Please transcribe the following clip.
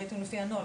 ראיתם לפי הנוהל,